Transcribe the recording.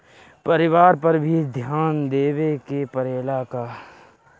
परिवारन पर भी ध्यान देवे के परेला का?